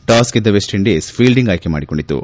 toss ಗೆದ್ದ West Indies fielding ಆಯ್ಲೆ ಮಾಡಿಕೊಂಡಿತು